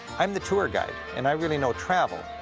i'm the tour guide, and i really know travel,